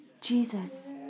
jesus